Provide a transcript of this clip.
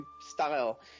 style